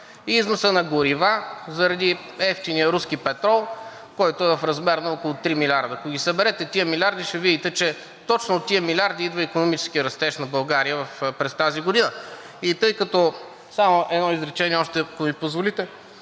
износът на горива заради евтиния руски петрол, който е в размер на около 3 милиарда. Ако ги съберете тези милиарди, ще видите, че точно от тези милиарди идва икономическият растеж на България през тази година. Само едно изречение още, ако ми позволите,